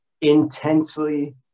intensely